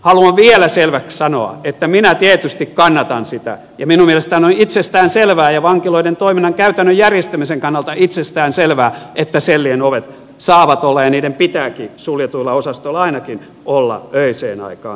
haluan vielä selväksi sanoa että minä tietysti kannatan sitä ja minun mielestäni on itsestään selvää ja vankiloiden toiminnan käytännön järjestämisen kannalta itsestään selvää että sellien ovet saavat olla ja niiden pitääkin suljetuilla osastoilla ainakin olla öiseen aikaan kiinni